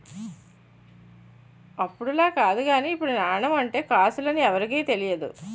అప్పుడులా కాదు గానీ ఇప్పుడు నాణెం అంటే కాసులు అని ఎవరికీ తెలియదు